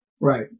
Right